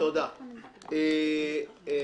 תודה, ישראל.